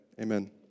Amen